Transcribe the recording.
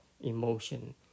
emotion